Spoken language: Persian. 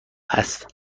هست